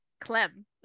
Clem